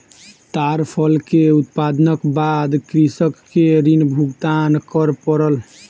ताड़ फल के उत्पादनक बाद कृषक के ऋण भुगतान कर पड़ल